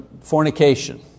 fornication